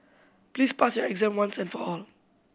please pass your exam once and for all